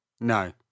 No